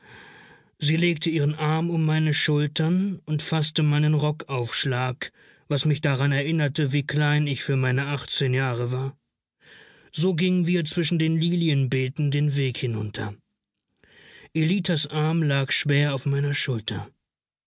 sie legte ihren arm um meine schultern und faßte meinen rockaufschlag was mich daran erinnerte wie klein ich für meine achtzehn jahre war so gingen wir zwischen den lilienbeeten den weg hinunter ellitas arm lag schwer auf meiner schulter